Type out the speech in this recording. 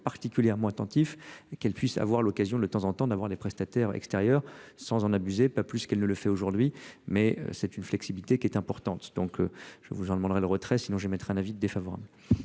particulièrement attentif et qu'il puisse avoir l'occasion de temps en temps d'avoir des prestataires extérieurs sans en abuser, pas plus qu'elle nee le fait aujourd'hui, mais c'est une flexibilité qui est importante donc je vous en demanderai le retrait, sinon j'émettrai un avis défavorable.